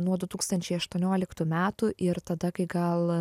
nuo du tūkstančiai aštuonioliktų metų ir tada kai gal